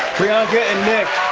priyanka and nick.